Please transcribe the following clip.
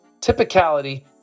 typicality